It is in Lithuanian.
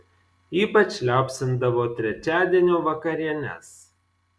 ypač liaupsindavo trečiadienio vakarienes